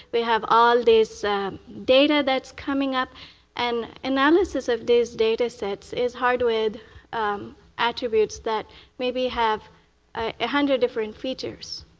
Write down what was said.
we have all this data that's coming up and analysis of this data sets is hard with attributes that maybe have a hundred different features.